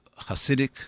Hasidic